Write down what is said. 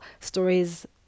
stories